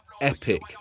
epic